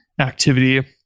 activity